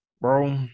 bro